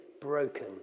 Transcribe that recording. broken